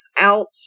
out